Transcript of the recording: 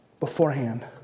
Beforehand